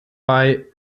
bei